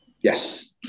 Yes